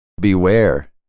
Beware